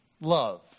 Love